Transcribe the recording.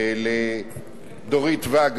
לדורית ואג,